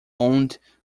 owned